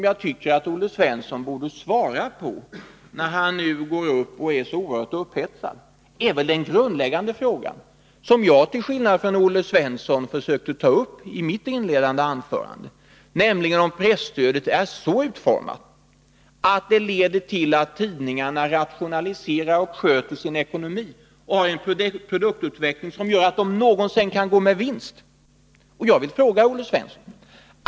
Jag tycker att Olle Svensson, när han nu är så oerhört upphetsad, borde svara på den grundläggande fråga som jag, till skillnad från Olle Svensson, försökte ta upp i mitt inledningsanförande: Är presstödet så utformat, att det leder till att tidningarna rationaliserar, sköter sin ekonomi och har en sådan produktutveckling att de någonsin kan gå med vinst?